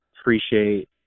appreciate